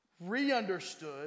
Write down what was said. re-understood